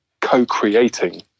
co-creating